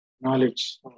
knowledge